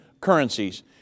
currencies